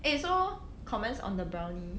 eh so comments on the brownie